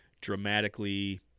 dramatically